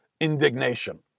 indignation